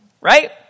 right